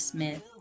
Smith